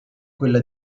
quella